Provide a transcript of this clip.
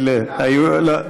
עדיין צודק.